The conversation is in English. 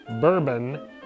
Bourbon